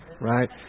right